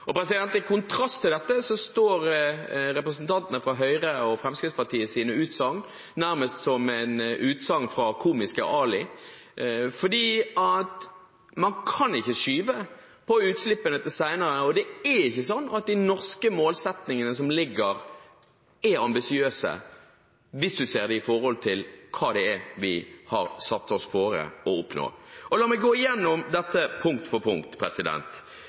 I kontrast til dette står utsagnene til representantene fra Høyre og Fremskrittspartiet nærmest som utsagn fra Komiske Ali, for man kan ikke skyve på utslippskuttene til senere, og det er ikke sånn at de norske målsettingene som foreligger, er ambisiøse, hvis man ser dem i forhold til hva det er vi har satt oss fore å oppnå. La meg gå gjennom dette punkt for punkt.